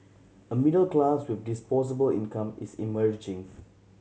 a middle class with disposable income is emerging